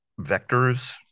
vectors